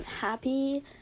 Happy